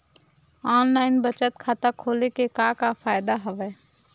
online बचत खाता खोले के का का फ़ायदा हवय